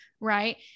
Right